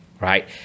Right